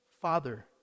Father